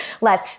less